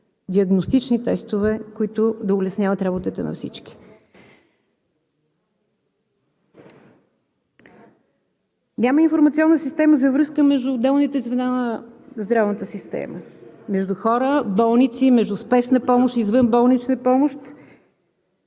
диагностични тестове, които да улесняват работата на всички. Няма електронна система за връзка между отделните звена на здравната система – между хора и болници, между спешна помощ и извънболнична помощ.